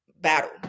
battle